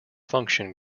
function